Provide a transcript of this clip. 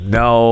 no